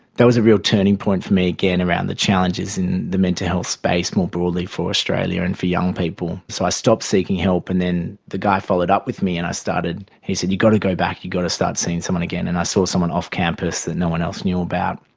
that was a real turning point for me again around the challenges in the mental health space more broadly for australia and for young people. so i stopped seeking help. and then the guy followed up with me and i started, he said, you've got to go back, you've got to start seeing someone again. and i saw someone off-campus that no one else knew about,